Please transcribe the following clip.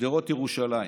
בשדרות ירושלים.